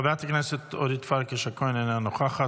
חברת הכנסת אורית פרקש הכהן, אינה נוכחת.